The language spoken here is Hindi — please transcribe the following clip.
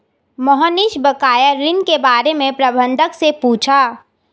मोहनीश बकाया ऋण के बारे में प्रबंधक से पूछा